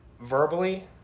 verbally